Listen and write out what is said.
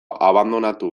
abandonatu